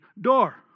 door